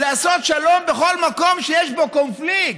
לעשות שלום בכל מקום שיש בו קונפליקט.